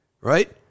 right